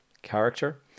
character